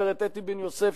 גברת אתי בן-יוסף,